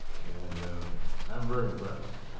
and i'm really impressed.